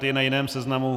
Je na jiném seznamu.